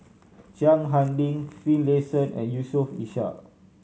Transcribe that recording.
Chiang Hai Ding Finlayson and Yusof Ishak